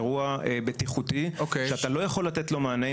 אירוע בטיחותי שאתה לא יכול לתת לו מענה,